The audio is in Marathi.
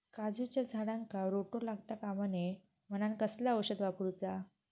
काजूच्या झाडांका रोटो लागता कमा नये म्हनान कसला औषध वापरूचा?